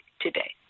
today